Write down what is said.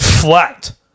flat